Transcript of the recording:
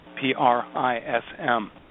P-R-I-S-M